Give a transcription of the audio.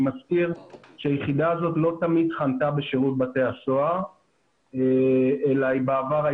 אני מזכיר שהיחידה הזאת לא תמיד חנתה בשירות בתי הסוהר אלא בעבר היא